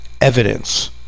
evidence